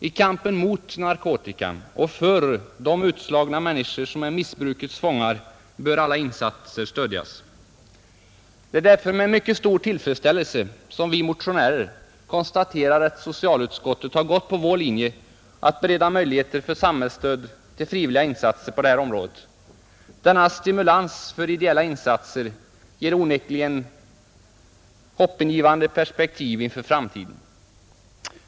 I kampen mot narkotika och för de utslagna människor som är missbrukets fångar bör alla insatser stödjas. Det är därför med mycket stor tillfredsställelse som vi motionärer konstaterar att socialutskottet har gått på vår linje att bereda möjligheter för samhällsstöd till frivilliga insatser på detta område. Denna stimulans för ideella insatser ger onekligen hoppingivande perspektiv inför framtiden.